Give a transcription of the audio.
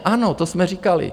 Ano, to jsme říkali.